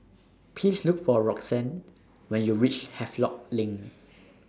Please Look For Roxane when YOU REACH Havelock LINK